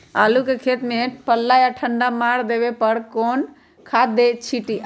आलू के खेत में पल्ला या ठंडा मार देवे पर कौन खाद छींटी?